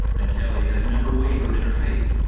and kelly has never wavered in her face.